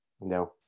No